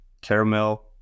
Caramel